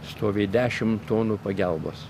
stovi dešimt tonų pagelbos